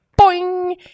boing